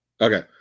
Okay